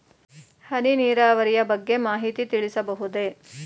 ಹನಿ ನೀರಾವರಿಯ ಬಗ್ಗೆ ಮಾಹಿತಿ ತಿಳಿಸಬಹುದೇ?